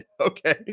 Okay